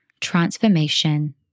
transformation